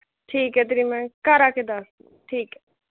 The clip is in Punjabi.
ਠੀਕ ਹੈ ਦੀਦੀ ਮੈਂ ਘਰ ਆ ਕੇ ਦੱਸਦੀ ਠੀਕ ਹੈ